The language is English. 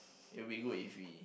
it will be good if we